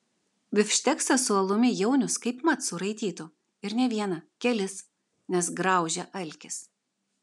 bifšteksą su alumi jaunius kaip mat suraitytų ir ne vieną kelis nes graužia alkis